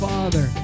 Father